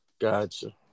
Gotcha